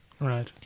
Right